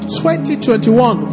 2021